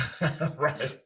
Right